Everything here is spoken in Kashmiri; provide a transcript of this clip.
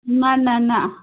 نہَ نہَ نہَ